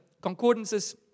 concordances